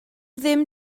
ddim